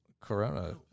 corona